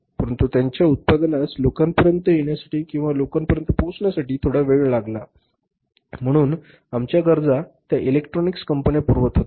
परंतु त्यांच्या उत्पादनास लोकांपर्यंत येण्यासाठी किंवा लोकांपर्यंत पोहोचण्यासाठी थोडा वेळ लागला म्हणून आमच्या गरजा त्या इलेक्ट्रॉनिक्स कंपन्या पुरवत होत्या